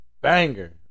banger